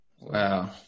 Wow